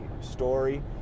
story